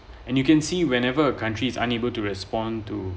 and you can see whenever country's unable to respond to